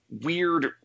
weird